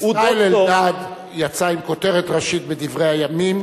ישראל אלדד יצא עם כותרת ראשית בדברי הימים,